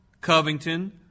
Covington